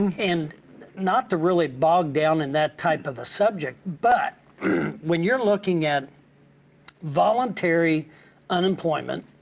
and not to really bog down in that type of a subject, but when you're looking at voluntary unemployment,